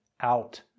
out